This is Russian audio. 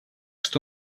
что